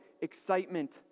excitement